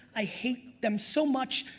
i hate them so much.